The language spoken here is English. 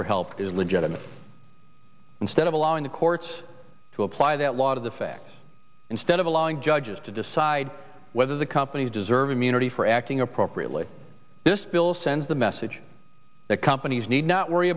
for help is legitimate instead of allowing the courts to apply that lot of the facts instead of allowing judges to decide whether the companies deserve immunity for acting appropriately this bill sends the message that companies need not worry